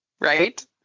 Right